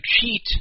cheat